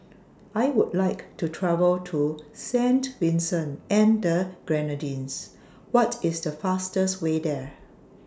I Would like to travel to Saint Vincent and The Grenadines What IS The fastest Way There